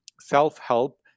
self-help